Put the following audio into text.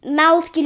mouth